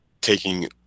taking